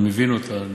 אני מבין אותה.